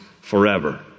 forever